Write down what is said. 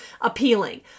appealing